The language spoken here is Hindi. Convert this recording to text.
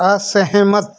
असहमत